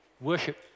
worship